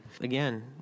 Again